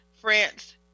France